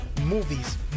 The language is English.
movies